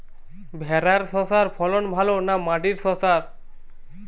ভেরার শশার ফলন ভালো না মাটির শশার?